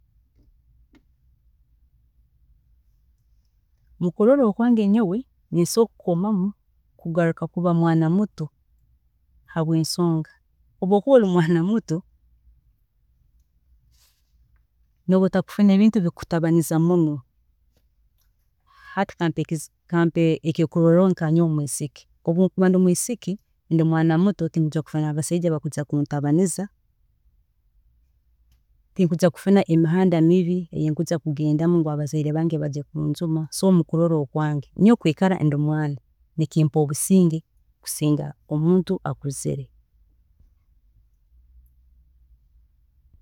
﻿Nyowe mukurola kwange ninsobola kukomamu kugaruka kuba mwana muto habwensonga, obu okuba ori mwaana muto nooba otakufuna ebintu ebikutaribaniza muno, hati kampe ekyokurorraho nka nyowe omwiisiki, obunkuba ndi misiki, rundi omwaana muto tinkwiija kubona abasaija bokuntaribaniza tinkwiija kufuna emihanda mibi eyi nkwiija kugendamu ngu abazaire bange bajye kunjuma so nyowe mukurola okwange, nyowe kwikara ndi mwaana nikimpa obusinge kukiraho kuba muntu mukuru